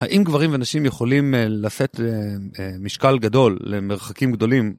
האם גברים ואנשים יכולים לשאת משקל גדול למרחקים גדולים?